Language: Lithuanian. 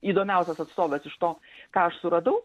įdomiausias atstoves iš to ką aš suradau